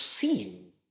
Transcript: seen